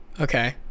okay